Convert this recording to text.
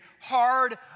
hard